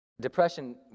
Depression